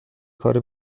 کار